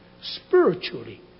spiritually